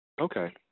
Okay